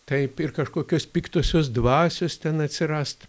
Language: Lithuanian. taip ir kažkokios piktosios dvasios ten atsirast